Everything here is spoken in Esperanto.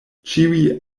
ĉiuj